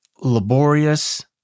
laborious